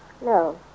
No